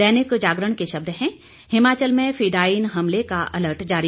दैनिक जागरण के शब्द हैं हिमाचल में फियादीन हमले का अलर्ट जारी